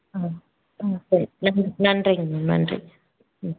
ம் ம் சரி நன் நன்றிங்க மேம் நன்றி ம்